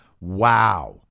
Wow